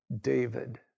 David